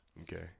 Okay